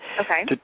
Okay